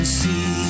see